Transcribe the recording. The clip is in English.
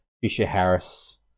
Fisher-Harris